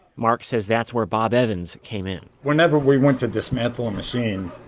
mark says that's where bob evans came in whenever we went to dismantle a machine,